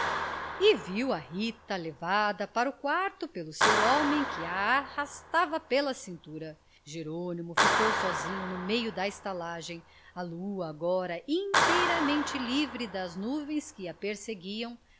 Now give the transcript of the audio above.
viu a rita levada para o quarto pelo seu homem que a arrastava pela cintura jerônimo ficou sozinho no meio da estalagem a lua agora inteiramente livre das nuvens que a perseguiam